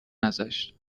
ازشاب